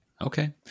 Okay